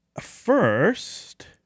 first